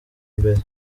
imbere